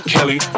Kelly